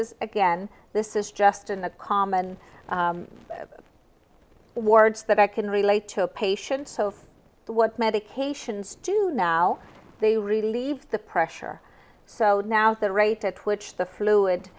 is again this is just in the common words that i can relate to a patient so what medications do now they relieve the pressure so now the rate at which the fluid